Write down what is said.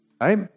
Right